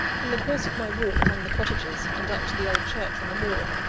in the course of my walk among the cottages and up to the old church on the moor,